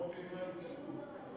כמו בימי ההתנתקות.